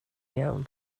iawn